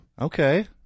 Okay